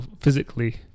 physically